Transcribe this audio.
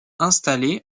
installée